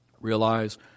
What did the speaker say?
realize